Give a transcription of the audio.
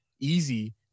easy